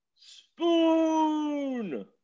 Spoon